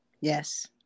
Yes